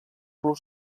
los